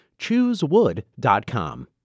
Choosewood.com